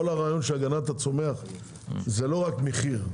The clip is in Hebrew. כל הרעיון של הגנת הצומח זה לא רק מחיר.